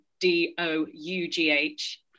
d-o-u-g-h